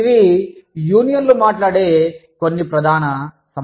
ఇవి యూనియన్లు మాట్లాడే కొన్ని ప్రధాన సమస్యలు